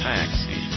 Taxi